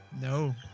No